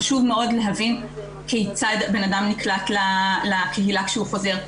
חשוב מאוד להבין כיצד בנאדם נקלט לקהילה כשהוא חוזר,